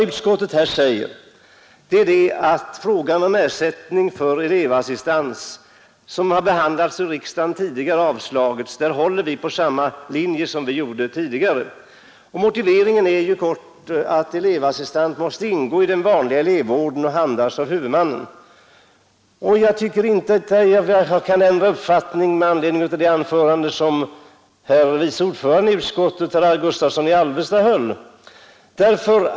Utskottet håller beträffande yrkandet om ersättning av elevassistans, som tidigare behandlats av riksdagen och avslagits, på samma linje som tidigare. Motiveringen är att elevassistans måste ingå i den vanliga elevvården och handhas av huvudmannen. Jag anser inte att jag kan ändra uppfattning med anledning av det anförande 141 som herr vice ordförande i utskottet — herr Gustavsson i Alvesta — höll.